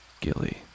Gilly